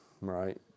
right